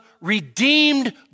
redeemed